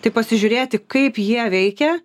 tai pasižiūrėti kaip jie veikia